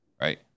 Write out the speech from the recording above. right